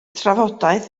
trafodaeth